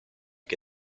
che